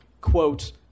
quote